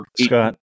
Scott